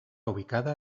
ubicada